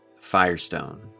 firestone